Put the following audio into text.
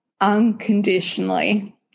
unconditionally